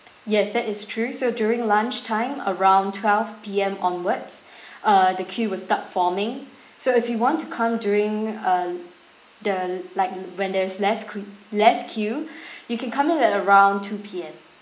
yes that is true so during lunch time around twelve P_M onwards uh the queue will start forming so if you want to come during uh the like when there is less qu~ less queue you can come in at around two P_M